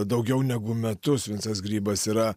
daugiau negu metus vincas grybas yra